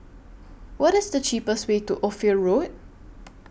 What IS The cheapest Way to Ophir Road